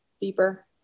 deeper